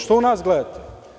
Što u nas gledate?